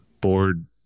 board